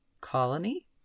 colony